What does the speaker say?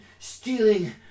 Stealing